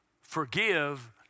Forgive